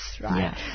right